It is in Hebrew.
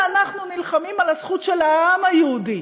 ואנחנו נלחמים על הזכות של העם היהודי,